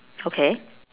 okay